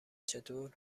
چطور